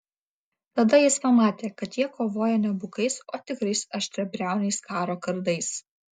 tada jis pamatė kad jie kovoja ne bukais o tikrais aštriabriauniais karo kardais